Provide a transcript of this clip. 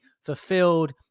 fulfilled